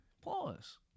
Pause